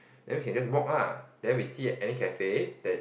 then we can just walk lah then we see at any cafe that